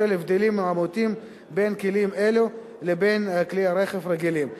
בשל ההבדלים המהותיים בין כלים אלה לבין כלי רכב רגילים.